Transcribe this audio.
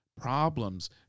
problems